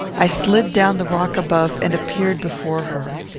i slid down the rock above, and appeared before her.